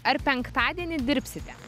ar penktadienį dirbsite